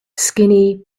skinny